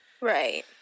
right